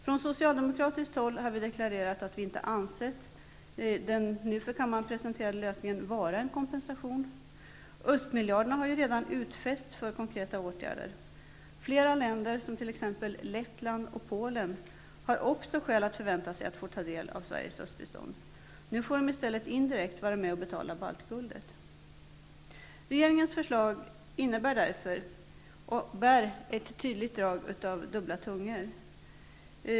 Från socialdemokratiskt håll har vi deklarerat att vi inte ansett den nu för kammaren presenterade lösningen utgöra en kompensation. Östmiljarderna har ju redan utfästs för konkreta åtgärder. Flera länder, som t.ex. Lettland och Polen, har också skäl att förvänta sig att få ta del av Sveriges östbistånd. Nu får de i stället indirekt vara med och betala kompensationen för baltguldet. Regeringens förslag bär ett tydligt drag av att tala med dubbla tungor.